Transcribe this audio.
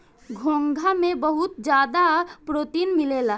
घोंघा में बहुत ज्यादा प्रोटीन मिलेला